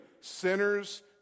Sinners